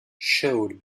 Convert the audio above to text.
showed